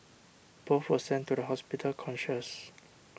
both were sent to the hospital conscious